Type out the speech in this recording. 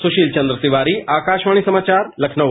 सुशील चन्द्र तिवारी आकाशवाणी समाचार लखनऊ